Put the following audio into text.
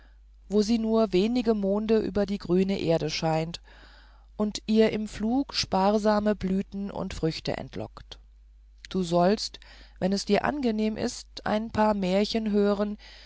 wo sie nur wenige monde über die grüne erde scheint und ihr im flug sparsame blüten und früchte entlockt du sollst wenn es dir angenehm ist ein paar märchen hören